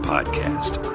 podcast